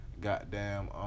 goddamn